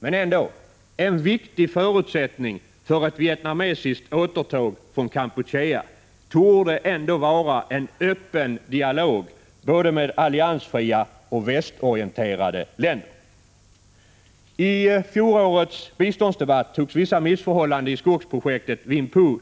Men en viktig förutsättning för ett vietnamesiskt återtåg från Kampuchea torde ändå vara en öppen dialog med både alliansfria och västorienterade länder. I fjolårets biståndsdebatt togs vissa missförhållanden i skogsprojektet Vinh Phu